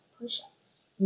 push-ups